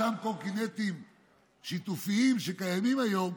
אותם קורקינטים שיתופיים שקיימים היום,